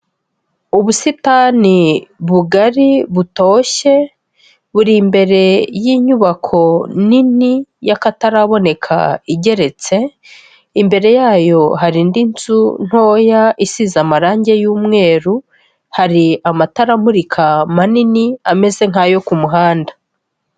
Ubusitani bugari butoshye buri imbere y'inyubako nini y'akataraboneka igeretse, imbere yayo hari indi nzu ntoya isize amarange y'umweru, hari amatara amurika manini ameze nk'ayo ku muhanda.